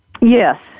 Yes